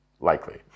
likely